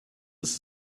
ist